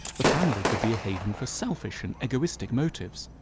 the family could be a haven for selfish and egoistic motives.